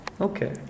Okay